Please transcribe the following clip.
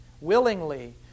willingly